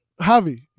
Javi